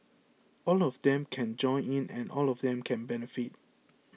all of them can join in and all of them can benefit